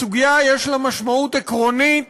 יש לה משמעות עקרונית